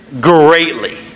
greatly